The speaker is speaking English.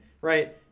right